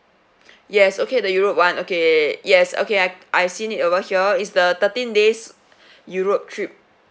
yes okay the europe [one] okay yes okay I I've seen it over here it's the thirteen days europe trip